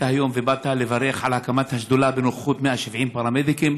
היום ובאת לברך על הקמת השדולה בנוכחות 170 פרמדיקים.